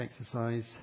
exercise